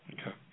Okay